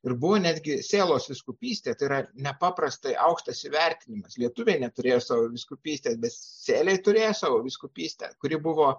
ir buvo netgi sėlos vyskupystė tai yra nepaprastai aukštas įvertinimas lietuviai neturėjo savo vyskupystės bet sėliai turėjo savo vyskupystę kuri buvo